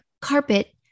carpet